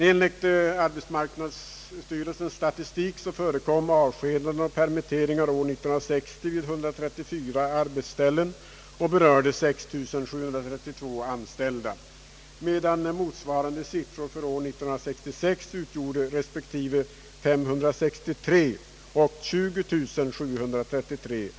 Enligt arbetsmarknadsstyrelsens statistik förekom avskedanden och permitteringar år 1960 vid 134 arbetsställen och berörde 6 732 anställda, medan motsvarande siffror år 1966 utgjorde respektive 563 och 207383.